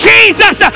Jesus